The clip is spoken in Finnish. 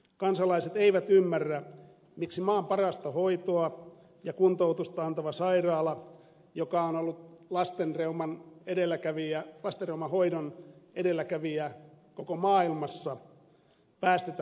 kansalaiset eivät ymmärrä miksi maan parasta hoitoa ja kuntoutusta antava sairaala joka on ollut lastenreuman hoidon edelläkävijä koko maailmassa päästetään konkurssiin